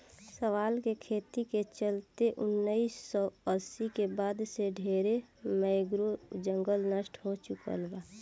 शैवाल के खेती के चलते उनऽइस सौ अस्सी के बाद से ढरे मैंग्रोव जंगल नष्ट हो चुकल बा